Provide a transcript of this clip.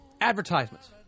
Advertisements